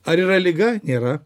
ar yra liga nėra